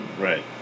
Right